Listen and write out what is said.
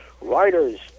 Writers